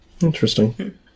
interesting